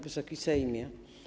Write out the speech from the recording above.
Wysoki Sejmie!